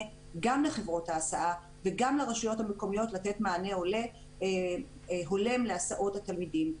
גם לחברות ההסעה וגם לרשויות המקומיות לתת מענה הולם להסעות התלמידים.